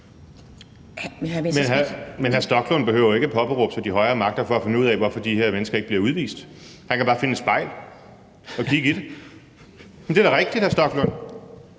Men hr. Rasmus Stoklund behøver jo ikke at påberåbe sig de højere magter for at finde ud af, hvorfor de her mennesker ikke bliver udvist. Han kan bare finde et spejl og kigge i det. Jamen det er da rigtigt, hr. Rasmus Stoklund.